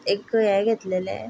एक हें घेतलेंले